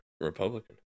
Republican